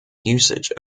usage